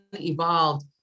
evolved